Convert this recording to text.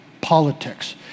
politics